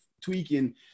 tweaking